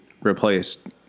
replaced